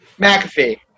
McAfee